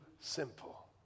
simple